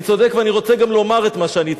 אני צודק, ואני רוצה גם לומר את מה שאני צודק.